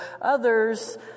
Others